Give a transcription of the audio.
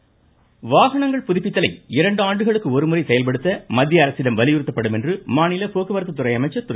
விஜயபாஸ்கர் வாகனங்கள் புதுப்பித்தலை இரண்டு ஆண்டுகளுக்கு ஒருமுறை செயல்படுத்த மத்திய அரசிடம் வலியுறுத்தப்படும் என்று மாநில போக்குவரத்து துறை அமைச்சர் திரு